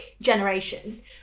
generation